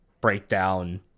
breakdown